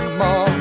more